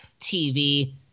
TV